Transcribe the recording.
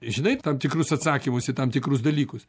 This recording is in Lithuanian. žinai tam tikrus atsakymus į tam tikrus dalykus